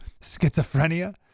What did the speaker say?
schizophrenia